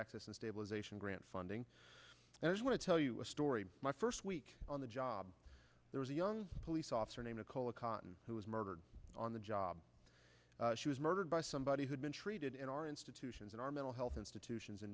access and stabilization grant funding there's want to tell you a story my first week on the job there was a young police officer named cola cotton who was murdered on the job she was murdered by somebody who'd been treated in our institutions and our mental health institutions in